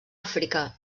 àfrica